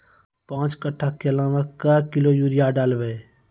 पाँच कट्ठा केला मे क्या किलोग्राम यूरिया डलवा?